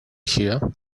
here